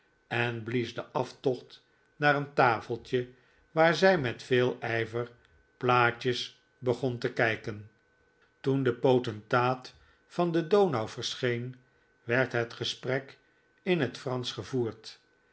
en blies den aftocht naar een tafeltje waar zij met veel ijver plaatjes begon te kijken toen de potentaat van den donau verscheen werd het gesprek in het fransch gevoerd